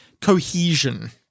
cohesion